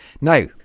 Now